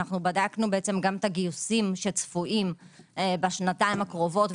בדקנו גם את הגיוסים שצפויים בשנתיים הקרובות.